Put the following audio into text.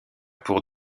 pour